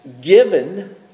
given